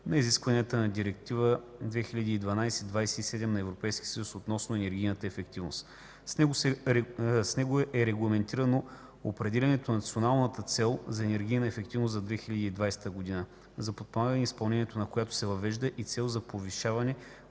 на изискванията на Директива 2012/27/ЕС относно енергийната ефективност. С него е регламентирано определянето на националната цел за енергийна ефективност за 2020 г., за подпомагане изпълнението на която се въвежда и цел за повишаване